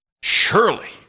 Surely